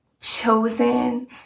chosen